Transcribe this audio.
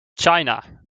china